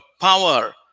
power